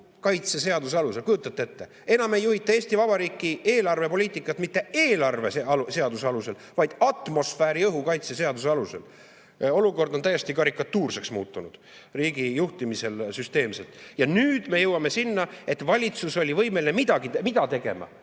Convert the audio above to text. kaitse seaduse alusel. Kujutate ette? Enam ei juhita Eesti Vabariigi eelarvepoliitikat mitte eelarveseaduse alusel, vaid atmosfääriõhu kaitse seaduse alusel. Olukord on muutunud täiesti karikatuurseks riigi juhtimisel, süsteemselt. Ja nüüd me jõuame sinnani, et valitsus oli võimeline mida tegema?